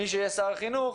מי שיהיה שר החינוך,